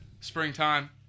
springtime